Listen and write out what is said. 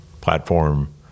platform